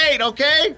okay